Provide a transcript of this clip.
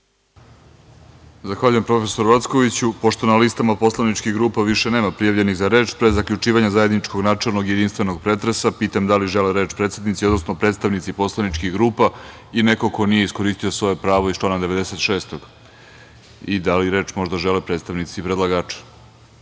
Zahvaljujem profesoru Ackoviću. Pošto na listama poslaničkih grupa više nema prijavljenih za reč, pre zaključivanja zajedničkog načelnog i jedinstvenog pretresa pitam – da li žele reč predsednici, odnosno predstavnici poslaničkih grupa ili neko ko nije iskoristio svoje pravo iz člana 96? Da li reč možda žele predstavnici predlagača,